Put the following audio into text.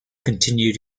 continued